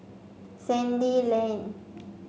Sandy Lane